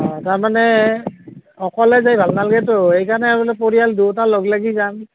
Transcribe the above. তাৰ মানে অকলে যাই ভাল নালগেতো সেইকাৰণে বোলো পৰিয়াল দুয়োটা লগ লাগি যাম